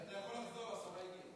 אתה יכול לחזור, השרה הגיעה.